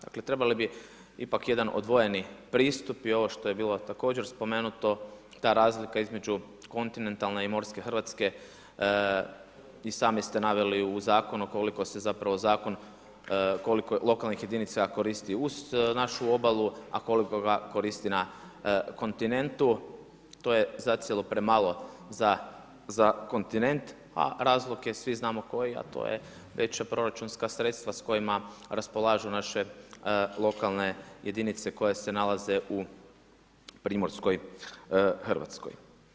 Dakle trebali bi ipak jedan odvojeni pristup i ovo što je bilo također spomenuto, ta razlika između kontinentalne i morske Hrvatske, i sami ste naveli u zakonu ukoliko se zapravo zakon, koliko lokalnih jedinica ga koristi uz našu obalu a koliko ga koristi na kontinentu, to je zacijelo premalo za kontinent, a razlog je svi znamo koji, a to je veća proračunska sredstva s kojima raspolažu naše lokalne jedinice koje se nalaze u primorskoj Hrvatskoj.